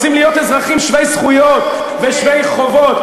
רוצים להיות אזרחים שווי זכויות ושווי חובות.